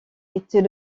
était